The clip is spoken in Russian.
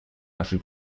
нашей